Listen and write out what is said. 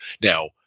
Now